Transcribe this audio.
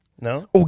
no